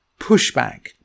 pushback